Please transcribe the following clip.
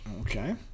Okay